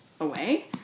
away